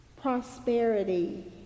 prosperity